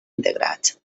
integrats